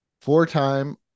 four-time